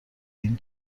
این